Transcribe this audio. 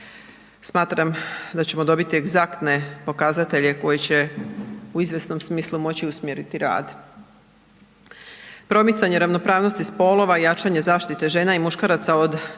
smatram da ćemo dobiti egzaktne pokazatelje koji će u izvjesnom smislu moću usmjeriti rad. Promicanje ravnopravnosti spolova i jačanje zaštite žena i muškaraca od